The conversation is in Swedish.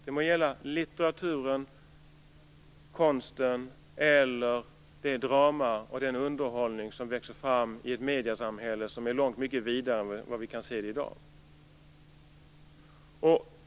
Det må gälla litteraturen, konsten eller det drama och den underhållning som växer fram i ett mediesamhälle som är långt mycket vidare än vad vi kan se i dag.